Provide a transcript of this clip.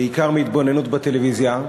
בעיקר מהתבוננות בטלוויזיה,